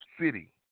city